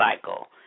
cycle